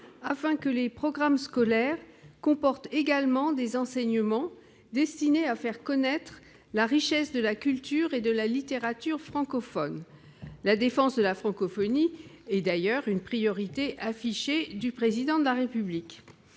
afin que les programmes scolaires comportent également des enseignements destinés à faire connaître la richesse de la culture et de la littérature francophones. La défense de la francophonie, vous le savez, est une priorité affichée par le Président de la République.